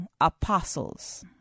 apostles